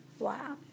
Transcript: Wow